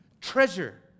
treasure